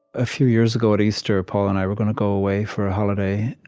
a few years ago at easter, paul and i were gonna go away for a holiday,